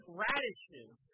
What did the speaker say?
radishes